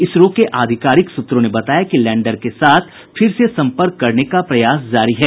इसरो के आधिकारिक सूत्रों ने बताया कि लैंडर के साथ फिर से सम्पर्क करने का प्रयास जारी है